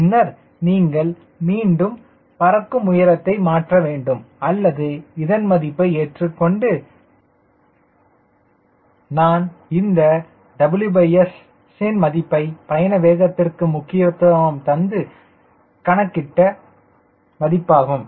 பின்னர் நீங்கள் மீண்டும் பறக்கும் உயரத்தை மாற்ற வேண்டும் அல்லது இதன் மதிப்பை ஏற்றுக்கொண்டு நான் இந்த WS ன் மதிப்பை பயண வேகத்திற்கு முக்கியத்துவம் தந்து கணக்கிட்ட மதிப்பாகும்